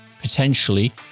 potentially